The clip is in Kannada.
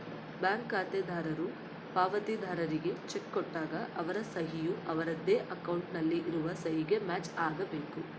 ಬ್ಯಾಂಕ್ ಖಾತೆದಾರರು ಪಾವತಿದಾರ್ರಿಗೆ ಚೆಕ್ ಕೊಟ್ಟಾಗ ಅವರ ಸಹಿ ಯು ಅವರದ್ದೇ ಅಕೌಂಟ್ ನಲ್ಲಿ ಇರುವ ಸಹಿಗೆ ಮ್ಯಾಚ್ ಆಗಬೇಕು